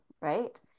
right